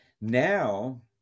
Now